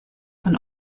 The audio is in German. von